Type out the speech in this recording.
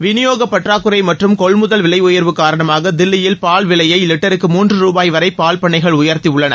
விநியோகப் பற்றாக்குறை மற்றம் கொள்முதல் விலை உயர்வு காரணமாக தில்லியில் பால் விலையை லிட்டருக்கு மூன்று ரூபாய் வரை பால் பண்ணைகள் உயர்த்தியுள்ளன